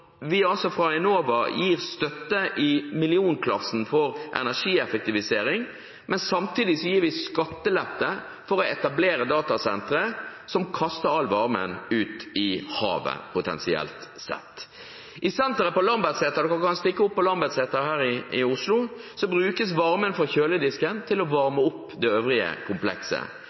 vi via Enova gir støtte i millionklassen til energieffektivisering, mens vi samtidig gir skattelette for å etablere datasentre som kaster all varmen ut i havet, potensielt sett. I senteret på Lambertseter – dere kan stikke opp på Lambertseter her i Oslo – brukes varmen fra kjøledisken til å varme opp det øvrige komplekset.